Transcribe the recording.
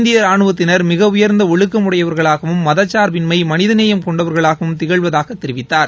இந்திய ராணுவத்தினர் மிக உயர்ந்த ஒழுக்கம் உடையவர்களாகவும் மதச்சார்பின்மை மனித நேயம் கொண்டவர்களாகவும் திகழ்வதாக தெரிவித்தார்